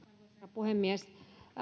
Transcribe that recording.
puhemies